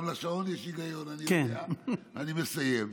גם לשעון יש היגיון, אני יודע, אני מסיים.